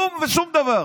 כלום ושום דבר.